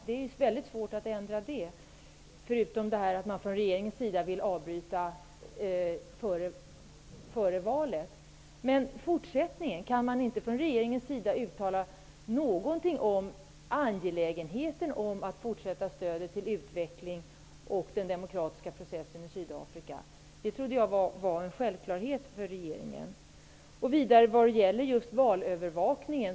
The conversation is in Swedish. Det är svårt att ändra något sådant, förutom att regeringen vill avbryta stödet före valet. Kan inte regeringen uttala något om angelägenheten att fortsätta stödet till utvecklingen av den demokratiska processen i Sydafrika? Det trodde jag var en självklarhet för regeringen. Vidare har vi frågan om valövervakningen.